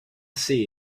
see